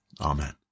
Amen